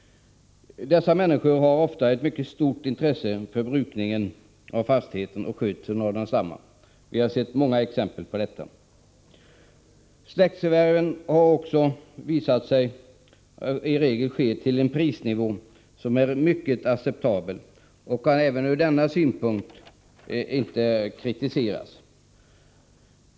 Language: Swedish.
Dessa människor har ofta ett mycket stort intresse för brukningen av fastigheten och skötseln av densamma. Vi har många exempel på detta. Släktförvärven har också visat sig i regel ske till ett pris som är mycket acceptabelt och kan även ur denna synpunkt inte kritiseras.